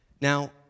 Now